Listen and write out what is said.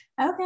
Okay